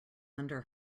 under